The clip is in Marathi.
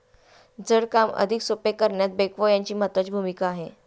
जड काम अधिक सोपे करण्यात बेक्हो यांची महत्त्वाची भूमिका आहे